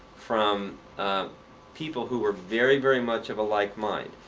from people who were very, very much of a like mind.